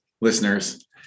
listeners